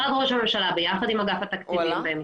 אגף תעשיות ורישוי עסקים